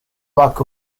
luck